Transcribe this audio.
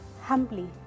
humbly